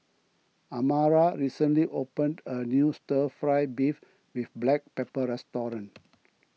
Amara recently opened a new Stir Fry Beef with Black Pepper restaurant